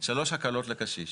שלוש הקלות לקשיש.